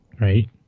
Right